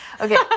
Okay